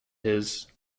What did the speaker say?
his